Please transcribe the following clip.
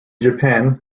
japan